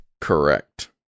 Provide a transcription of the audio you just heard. correct